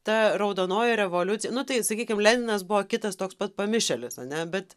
ta raudonoji revoliucija nu tai sakykim leninas buvo kitas toks pat pamišėlis ane bet